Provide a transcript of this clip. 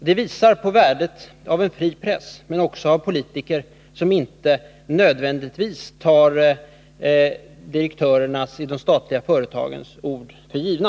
Det visar på värdet av en fri press, men också på värdet av politiker som inte nödvändigtvis tar direktörernas i de statliga företagen ord för givna.